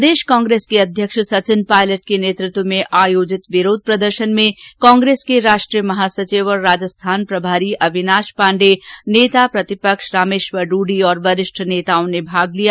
प्रदेश कांग्रेस के अध्यक्ष सचिन पायलट के नेतृत्व में आयोजित विरोध प्रदर्शन में कांग्रेस के राष्ट्रीय महासचिव और राजस्थान प्रभारी अविनाश पाण्डे नेता प्रतिपक्ष रामेश्वर डूडी ने भी भाग लिया